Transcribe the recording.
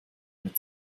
mit